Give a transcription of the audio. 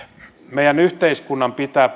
meidän yhteiskuntamme pitää